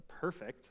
perfect